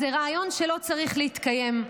אז זה רעיון שלא צריך להתקיים.